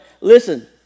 listen